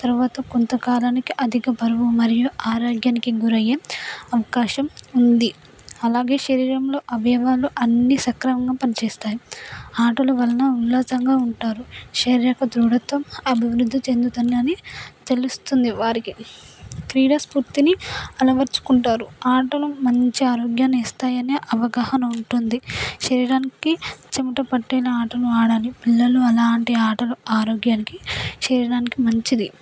తర్వాత కొంతకాలానికి అధిక బరువు మరియు ఆరోగ్యానికి గురి అయ్యే అవకాశం ఉంది అలాగే శరీరంలో అవయవాలు అన్నీ సక్రమంగా పనిచేస్తాయి ఆటలు వలన ఉల్లాసంగా ఉంటారు శరీరపు దృఢత్వం అభివృద్ధి చెందుతుందని తెలుస్తుంది వారికి క్రీడా స్ఫూర్తిని అలవర్చుకుంటారు ఆటలు మంచి ఆరోగ్యాన్ని ఇస్తాయని అవగాహన ఉంటుంది శరీరానికి చెమట పట్టేలా ఆటలు ఆడాలి పిల్లలు అలాంటి ఆటలు ఆరోగ్యానికి శరీరానికి మంచిది